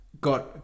got